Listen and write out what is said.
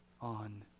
on